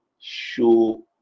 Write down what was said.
show